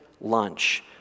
lunch